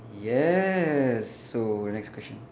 yes so next question